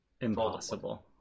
Impossible